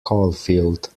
caulfield